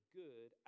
good